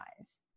eyes